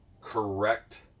correct